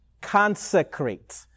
consecrate